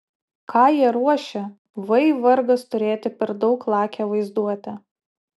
ką jie ruošia vai vargas turėti per daug lakią vaizduotę